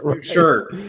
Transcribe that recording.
sure